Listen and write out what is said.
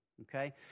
Okay